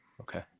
Okay